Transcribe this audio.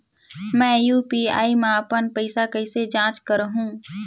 मैं यू.पी.आई मा अपन पइसा कइसे जांच करहु?